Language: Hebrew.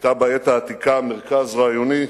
היתה בעת העתיקה מרכז רעיוני,